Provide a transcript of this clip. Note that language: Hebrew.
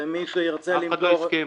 שמי שירצה למכור -- אף אחד לא הסכים.